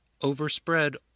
overspread